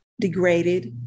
degraded